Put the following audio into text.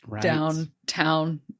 downtown